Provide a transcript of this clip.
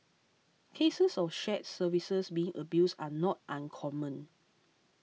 cases of shared services being abused are not uncommon